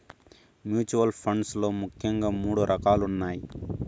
mutual funds లో ముఖ్యంగా మూడు రకాలున్నయ్